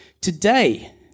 today